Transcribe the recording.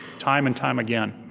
time and time again,